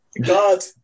God